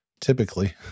Typically